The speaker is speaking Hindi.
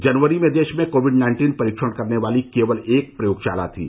जनवरी में देश में कोविड नाइन्टीन परीक्षण करने वाली केवल एक प्रयोगशाला थी